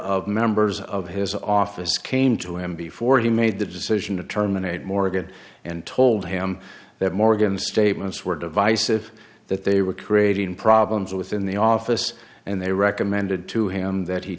of members of his office came to him before he made the decision to terminate morgan and told to him that morgan statements were divisive that they were creating problems within the office and they recommended to him that he